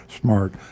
smart